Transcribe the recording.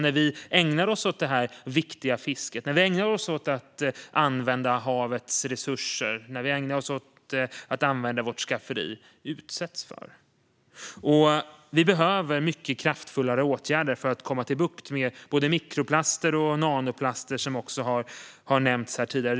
När vi ägnar oss åt det viktiga fisket, när vi ägnar oss åt att använda havets resurser och när vi ägnar oss att använda vårt skafferi, utsätts havet för denna skada. Det behövs mycket kraftfulla åtgärder för att få bukt med både mikroplaster och nanoplaster, som också har nämnts här tidigare.